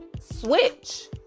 switch